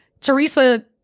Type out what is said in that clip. Teresa